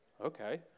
Okay